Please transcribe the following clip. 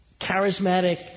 charismatic